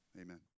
amen